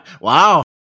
Wow